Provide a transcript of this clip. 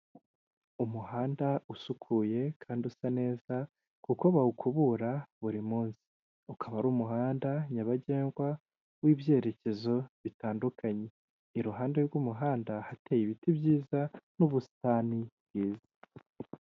Umuhanda usukuye kandi usa neza kuko bawukubura buri munsi. Ukaba ari umuhanda nyabagendwa w'ibyerekezo bitandukanye, iruhande rw'umuhanda hateye ibiti byiza, n'ubusitani bwiza.